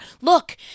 Look